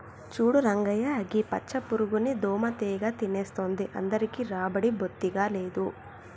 చూడు రంగయ్య గీ పచ్చ పురుగుని దోమ తెగ తినేస్తుంది అందరికీ రాబడి బొత్తిగా లేదు